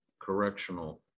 correctional